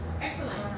excellent